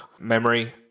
memory